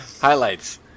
Highlights